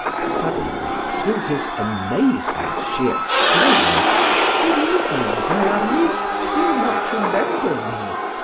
suddenly to his amazement, she exclaimed good evening, bel-ami do you not remember me?